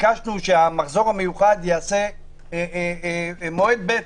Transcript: וביקשנו שהמחזור המיוחד יעשה מועד ב'.